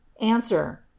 Answer